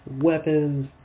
weapons